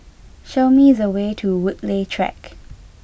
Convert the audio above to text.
show me the way to Woodleigh Track